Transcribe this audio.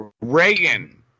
Reagan